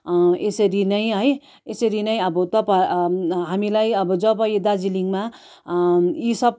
यसरी नै है यसरी नै अब तपाईँ हामीलाई अब जब यी दार्जिलिङमा यी सब